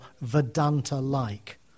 Vedanta-like